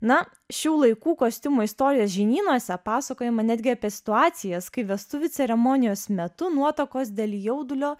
na šių laikų kostiumų istorijos žinynuose pasakojama netgi apie situacijas kai vestuvių ceremonijos metu nuotakos dėl jaudulio